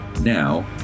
now